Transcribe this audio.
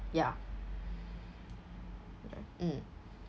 ya mm